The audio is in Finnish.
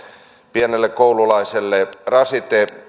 pienelle koululaiselle pelkästään rasite